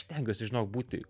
aš stengiuosi žinok būti